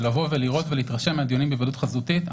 ולראות ולהתרשם מהדיונים בהיוועדות חזותית.